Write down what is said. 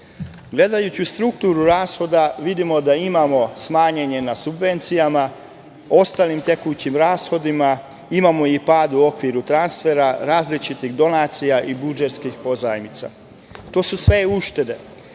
mesecu. Gledajući strukturu rashoda, vidimo da imamo smanjenje na subvencijama, ostalim tekućim rashodima, imamo i pad u okviru transfera različitih donacija i budžetskih pozajmica. To su sve uštede,